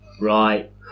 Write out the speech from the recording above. Right